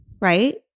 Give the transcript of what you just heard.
right